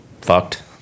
fucked